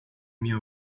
minha